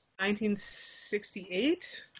1968